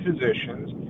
physicians